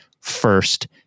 first